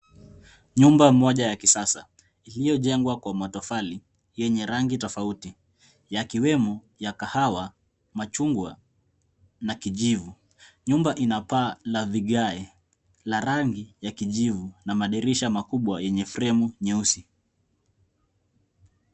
Nyumba moja ya kisasa iliyojengwa kwa matofali, yenye rangi tofauti yakiwemo ya kahawa, machungwa na kijivu. Nyumba ina paa la vigae la rangi ya kijivu na madirisha makubwa yenye fremu nyeusi.